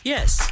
Yes